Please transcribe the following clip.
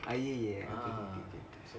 அய்யய்ய:aiyaiya